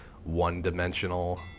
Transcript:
one-dimensional